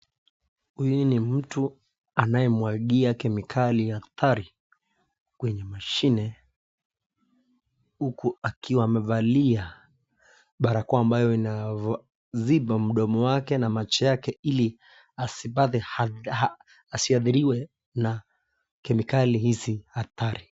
Huyu mi mtu anayemwagia kemikali hatari kwenye mashini huku akiwa amevalia barakoa inayozipa mdomo wake na macho yake hili hasiatiriwe na kemikali hizi hatari.